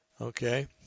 Okay